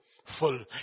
Full